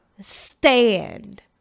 stand